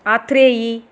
Atreyi